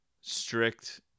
strict